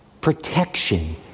protection